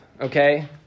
okay